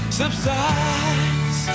subsides